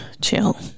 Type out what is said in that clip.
chill